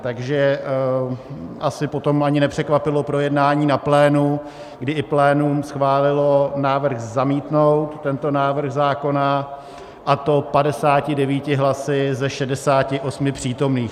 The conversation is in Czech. Takže asi potom ani nepřekvapilo projednání na plénu, kdy i plénum schválilo návrh zamítnout tento návrh zákona, a to 59 hlasy ze 68 přítomných.